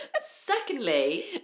Secondly